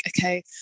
okay